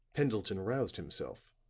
pendleton roused himself.